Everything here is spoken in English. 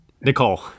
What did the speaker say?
Nicole